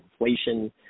inflation